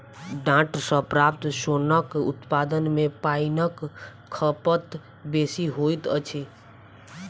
डांट सॅ प्राप्त सोनक उत्पादन मे पाइनक खपत बेसी होइत अछि